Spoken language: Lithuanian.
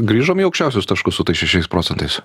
grįžom į aukščiausius taškus su tais šešiais procentais